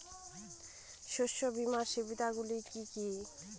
শস্য বিমার সুবিধাগুলি কি কি?